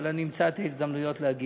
אבל אני אמצא את ההזדמנויות להגיד.